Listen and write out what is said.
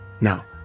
Now